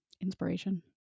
inspiration